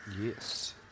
Yes